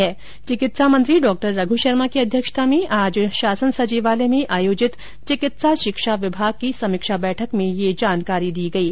चिकित्सा एवं स्वास्थ्य मंत्री डा रघ् शर्मा की अध्यक्षता में आज अपराह शासन सचिवालय में आयोजित चिकित्सा शिक्षा विभाग की समीक्षा बैठक में यह जानकारी दी गयी